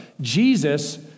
Jesus